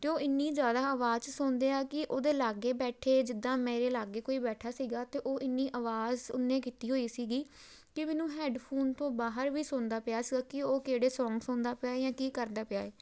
ਅਤੇ ਉਹ ਇੰਨੀ ਜ਼ਿਆਦਾ ਆਵਾਜ਼ 'ਚ ਸੁਣਦੇ ਆ ਕਿ ਉਹਦੇ ਲਾਗੇ ਬੈਠੇ ਜਿੱਦਾਂ ਮੇਰੇ ਲਾਗੇ ਕੋਈ ਬੈਠਾ ਸੀਗਾ ਤਾਂ ਉਹ ਇੰਨੀ ਆਵਾਜ਼ ਉਹਨੇ ਕੀਤੀ ਹੋਈ ਸੀਗੀ ਕਿ ਮੈਨੂੰ ਹੈੱਡਫੋਨ ਤੋਂ ਬਾਹਰ ਵੀ ਸੁਣਦਾ ਪਿਆ ਸੀਗਾ ਕਿ ਉਹ ਕਿਹੜੇ ਸੌਂਗ ਸੁਣਦਾ ਪਿਆ ਜਾਂ ਕੀ ਕਰਦਾ ਪਿਆ